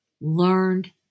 learned